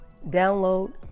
download